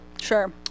Sure